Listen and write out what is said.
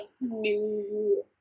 new